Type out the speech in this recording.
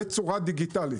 בצורה דיגיטלית.